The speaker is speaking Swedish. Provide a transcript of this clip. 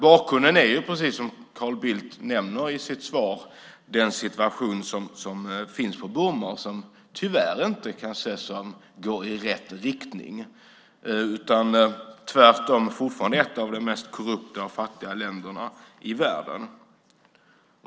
Bakgrunden är, precis som Carl Bildt nämner i sitt svar, den situation som råder i Burma och som tyvärr inte kan anses gå i rätt riktning. Tvärtom är Burma fortfarande ett av de fattigaste och mest korrupta länderna i världen.